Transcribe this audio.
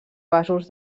vasos